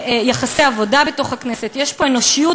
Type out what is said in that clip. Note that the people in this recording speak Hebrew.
יחסי עבודה בתוך הכנסת, יש פה אנושיות.